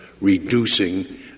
reducing